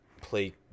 play